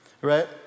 right